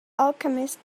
alchemist